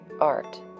art